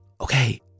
Okay